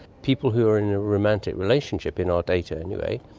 people who are in a romantic relationship, in our data anyway,